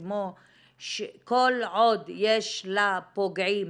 וכל עוד יש לפוגעים